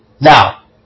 Now